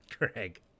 Craig